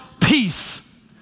peace